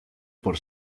por